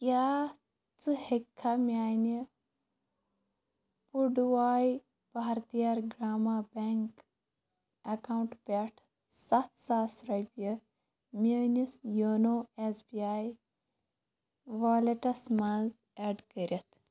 کیٛاہ ژٕ ہیٚککھا میٛانہِ پُڑواے بھارتِیار گرٛاما بٮ۪نٛک اٮ۪کاوُنٛٹ پٮ۪ٹھ سَتھ ساس رۄپیہٕ میٛٲنِس یوٗنو اٮ۪س بی آی والٮ۪ٹَس منٛز اٮ۪ڈ کٔرِتھ